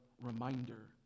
reminder